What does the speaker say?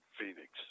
Phoenix